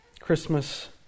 Christmas